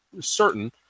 certain